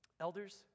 Elders